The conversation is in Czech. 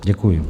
Děkuji.